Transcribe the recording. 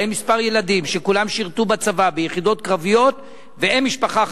להם מספר ילדים שכולם שירתו בצבא ביחידות קרביות והם משפחה חרדית".